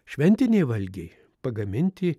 šventiniai valgiai pagaminti